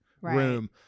room